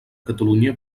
catalunya